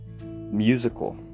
musical